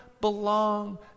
belong